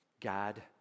God